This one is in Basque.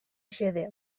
xede